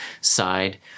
side